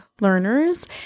learners